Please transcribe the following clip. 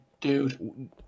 dude